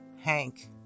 Hank